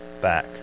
back